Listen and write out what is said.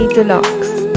Deluxe